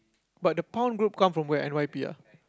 but the group come from where n_y_p ah